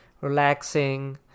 relaxing